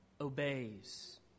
obeys